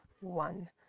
one